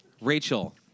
Rachel